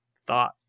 thought